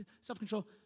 self-control